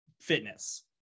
fitness